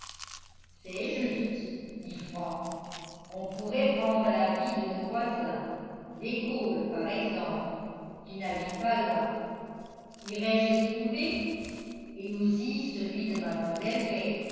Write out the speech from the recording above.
c'est juste dit frank on pourrait prendre l'avis de nos voisins des cole par exemple qui n'habitent pas loin irai-je les trouver et aussi celui de